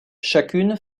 chacune